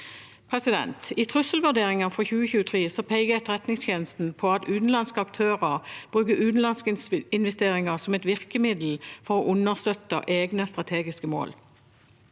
trusler. I trusselvurderingen for 2023 peker Etterretningstjenesten på at utenlandske aktører bruker utenlandsinvesteringer som et virkemiddel for å understøtte egne strategiske mål.